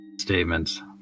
statements